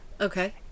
Okay